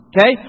Okay